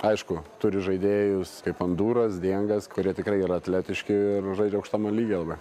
aišku turi žaidėjus kaip hondūras di engas kurie tikrai yra atletiški ir žaidžia aukštame lygyje labai